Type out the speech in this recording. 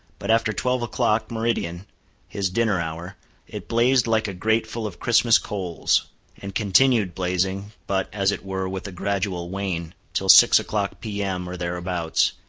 but after twelve o'clock, meridian his dinner hour it blazed like a grate full of christmas coals and continued blazing but, as it were, with a gradual wane till six o'clock, p m. or thereabouts,